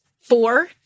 four